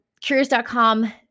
Curious.com